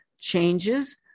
changes